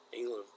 England